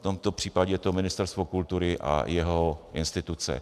V tomto případě je to Ministerstvo kultury a jeho instituce.